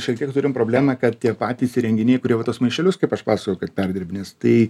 šiek tiek turim problemą kad tiek patys įrenginiai kurie va tuos maišelius kaip aš pasakojau kad perdirbinės tai